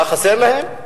מה חסר להם?